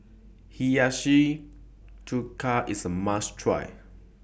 Hiyashi Chuka IS A must Try